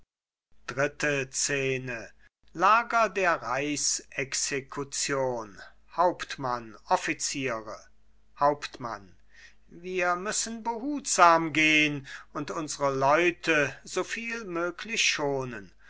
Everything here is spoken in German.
hauptmann offiziere hauptmann wir müssen behutsam gehn und unsere leute so viel möglich schonen